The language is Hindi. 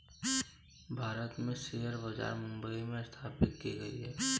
भारत में शेयर बाजार मुम्बई में स्थापित की गयी है